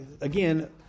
again